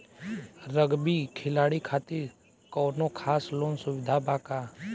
Rugby खिलाड़ी खातिर कौनो खास लोन सुविधा बा का?